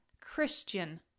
Christian